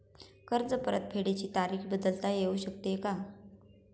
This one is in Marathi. कर्ज परतफेडीची तारीख बदलता येऊ शकते का?